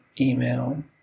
email